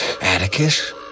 Atticus